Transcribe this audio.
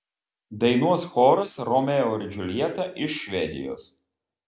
dainuos choras romeo ir džiuljeta iš švedijos